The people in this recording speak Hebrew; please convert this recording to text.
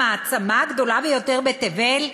המעצמה הגדולה ביותר בתבל,